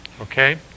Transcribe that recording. Okay